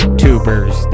tubers